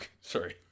sorry